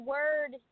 Word